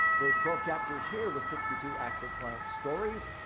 there's twelve chapters here with sixty two actual client stories.